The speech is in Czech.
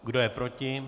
Kdo je proti?